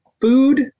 food